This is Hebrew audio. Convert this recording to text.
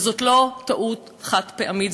וזאת לא טעות חד-פעמית,